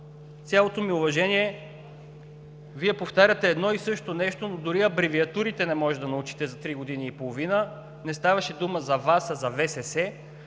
цялото ми уважение, Вие повтаряте едно и също нещо, но дори абревиатурите не можете да научите за три години и половина. Не ставаше дума за ВАС, а за ВСС.